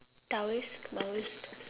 taoist maoist